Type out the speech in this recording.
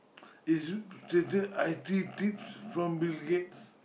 it's they say I_T tips from Bill-Gates